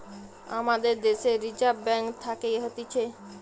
আমাদের দ্যাশের reserve bank থাকে হতিছে